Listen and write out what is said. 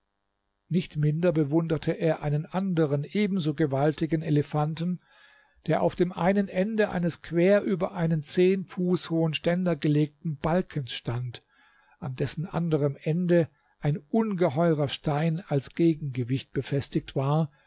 nicht minder bewunderte er einen anderen ebenso gewaltigen elefanten der auf dem einen ende eines quer über einen zehn fuß hohen ständer gelegten balkens stand an dessen anderem ende ein ungeheurer stein als gegengewicht befestigt war